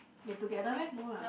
they together meh no lah